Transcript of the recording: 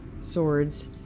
swords